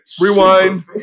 Rewind